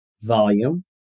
volume